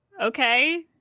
okay